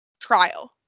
trial